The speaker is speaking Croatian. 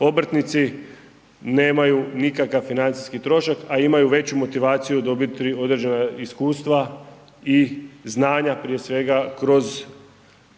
obrtnici nemaju nikakav financijski trošak, a imaju veću motivaciju dobiti određena iskustva i znanja prije svega kroz